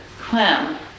Clem